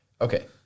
okay